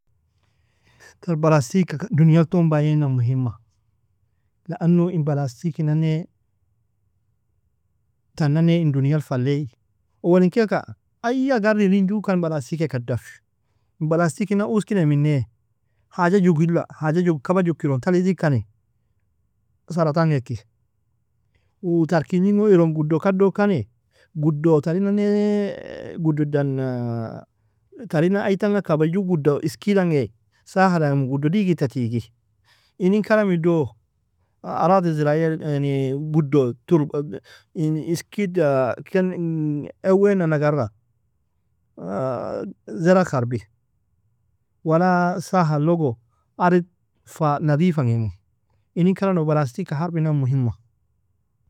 ter balaastika ka, duniyaltoon bainan muhimma, لانه in balaastiki nane, tan nane in duniyal fa allei, owalin kailka aye agarr irin jukan balaastik e kaddafi, balaastikin'an uoskinei minne? Haja jugila, haja jugk kaba jugk iruun tala idikani, sarataang eki, uo tar kegnin gon iron guddo kaddo kani, guddo tarin nane guddo dan tarina aitanga kaba ju gguddo iskid'angi saahalaimu, guddo digitta tigi, inin karamido araadi ziraiyal yani guddo tuebdo in iskid ken ewenan agarra, zerag kharbi, wala saahallogo arid fa nadifangimu, inin karamido balastika harbinan muhimma.